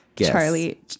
Charlie